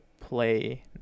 play